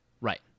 Right